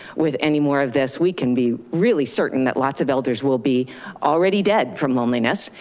with any more of this, we can be really certain that lots of elders will be already dead from loneliness,